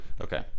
Okay